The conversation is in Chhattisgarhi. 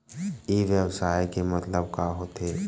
ई व्यवसाय के मतलब का होथे?